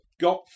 got